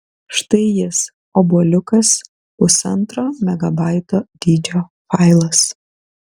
štai jis obuoliukas pusantro megabaito dydžio failas